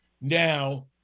now